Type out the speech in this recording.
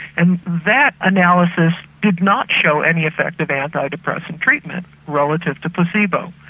and that analysis did not show any effect of antidepressant treatment relative to placebo.